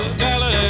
dollar